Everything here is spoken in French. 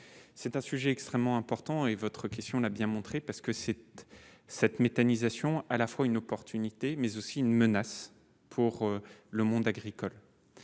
c'est un sujet extrêmement important et votre question n'a bien montré parce que cette cette méthanisation à la fois une opportunité mais aussi une menace pour le monde agricole